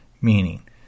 Meaning